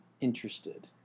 interested